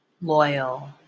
loyal